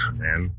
man